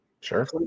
Sure